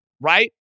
right